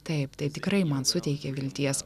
taip tai tikrai man suteikė vilties